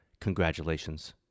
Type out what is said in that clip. Congratulations